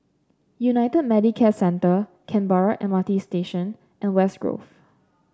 United Medicare Centre Canberra M R T Station and West Grove